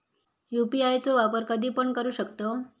UPI चो वापर कधीपण करू शकतव?